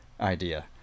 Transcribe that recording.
idea